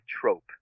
trope